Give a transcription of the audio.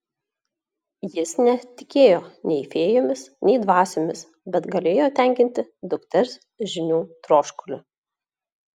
jis netikėjo nei fėjomis nei dvasiomis bet galėjo tenkinti dukters žinių troškulį